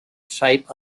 type